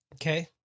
Okay